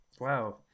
Wow